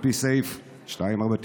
על פי סעיף 249א,